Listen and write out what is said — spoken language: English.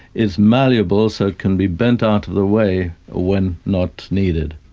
it's malleable, so it can be bent out of the way when not needed.